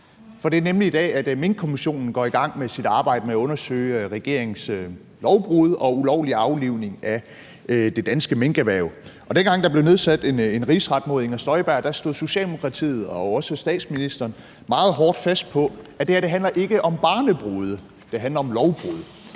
for det er nemlig i dag, at Minkkommissionen går i gang med sit arbejde med at undersøge regeringens lovbrud og ulovlige aflivning af det danske minkerhverv. Dengang der blev nedsat en rigsretssag mod Inger Støjberg, stod Socialdemokratiet og jo også statsministeren meget hårdt fast på, at det her ikke handler om barnebrude, det handler om lovbrud.